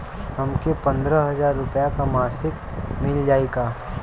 हमके पन्द्रह हजार रूपया क मासिक मिल जाई का?